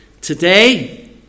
Today